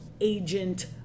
agent